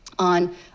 on